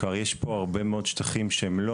כלומר יש פה הרבה מאוד שטחים שהם לא